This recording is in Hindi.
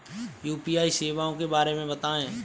यू.पी.आई सेवाओं के बारे में बताएँ?